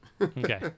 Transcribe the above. Okay